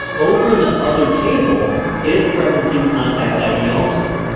over in the other table it's referencing contact id also.